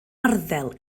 arddel